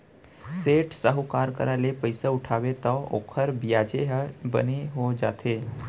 सेठ, साहूकार करा ले पइसा उठाबे तौ ओकर बियाजे ह बने हो जाथे